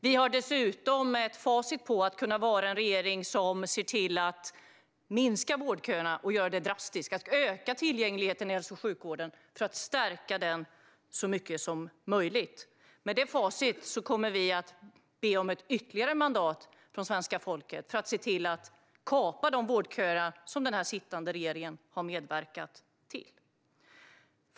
Vi har dessutom ett facit på att kunna vara en regering som ser till att drastiskt minska vårdköerna och att öka tillgängligheten i hälso och sjukvården för att stärka den så mycket som möjligt. Med detta facit kommer vi att be om ett ytterligare mandat från svenska folket för att se till att kapa de vårdköer som den sittande regeringen har medverkat till.